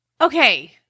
Okay